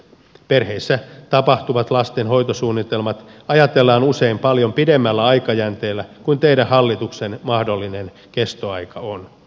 perheissä tapahtuvat lasten hoitosuunnitelmat ajatellaan usein paljon pidemmällä aikajänteellä kuin teidän hallituksenne mahdollinen kestoaika on